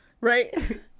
right